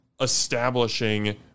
establishing